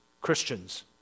Christians